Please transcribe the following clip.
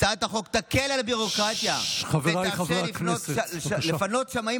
הצעת החוק תקל על הביורוקרטיה ותאפשר לפנות שמאים